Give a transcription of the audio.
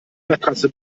matratze